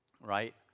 right